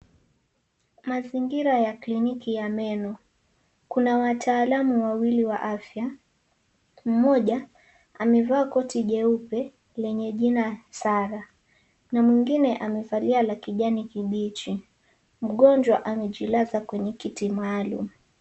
Mazingira ya kliniki ya meno. Kuna wataalamu wawili wa afya. Mmoja amevaa koti jeupe yenye jina Sarah na mwingine amevalia la kijani kibichi. Mgonjwa amejilaza kwenye kiti maalum.